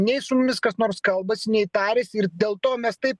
nei su mumis kas nors kalbasi nei tariasi ir dėl to mes taip